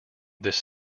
this